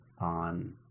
on